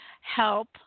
help